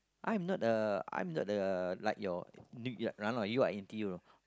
I am not a I'm not the like your you are N_T_U I know